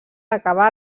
acabà